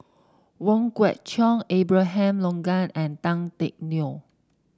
Wong Kwei Cheong Abraham Logan and Tan Teck Neo